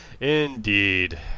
Indeed